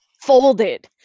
folded